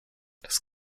das